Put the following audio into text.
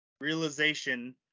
realization